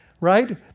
right